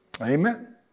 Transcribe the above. Amen